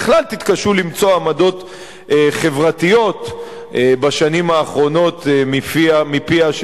בכלל תתקשו למצוא עמדות חברתיות בשנים האחרונות מפיה של